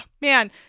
man